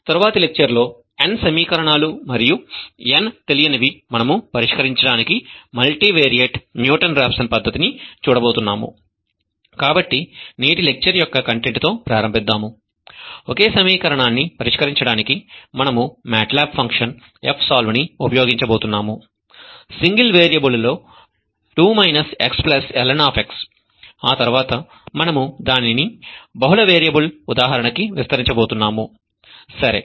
తర్వాతి లెక్చర్ లో n సమీకరణాలు మరియు n తెలియనివి మనము పరిష్కరించడానికి మల్టీవియారిట్ న్యూటన్ రాఫ్సన్ పద్ధతిని చూడబోతున్నాము కాబట్టి నేటి లెక్చర్ యొక్క కంటెంట్తో ప్రారంభిద్దాం ఒకే సమీకరణాన్ని పరిష్కరించడానికి మనము మాట్లాబ్ ఫంక్షన్ fsolve ని ఉపయోగించబోతున్నాము సింగిల్ వేరియబుల్ లో 2 xln ఆ తర్వాత మనము దానిని బహుళ వేరియబుల్ ఉదాహరణకి విస్తరించబోతున్నాము సరే